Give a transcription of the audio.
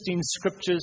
scriptures